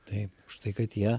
taip už tai kad jie